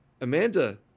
Amanda